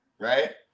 right